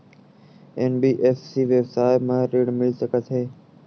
NBFC व्यवसाय मा ऋण मिल सकत हे